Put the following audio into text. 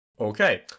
Okay